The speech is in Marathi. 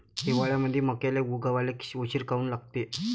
हिवाळ्यामंदी मक्याले उगवाले उशीर काऊन लागते?